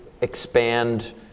expand